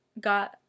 got